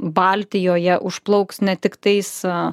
baltijoje užplauks ne tiktais